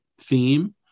theme